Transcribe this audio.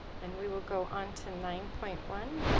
and we will go on to nine point one.